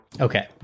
Okay